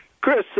Chris